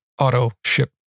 auto-ship